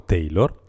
Taylor